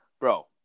Bro